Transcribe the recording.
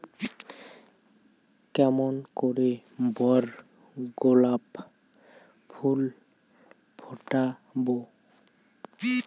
কেমন করে বড় গোলাপ ফুল ফোটাব?